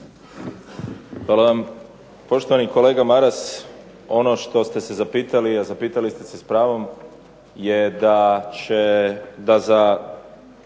Hvala vam. Poštovani kolega Maras, ono što ste se zapitali, a zapitali ste se s pravom je da za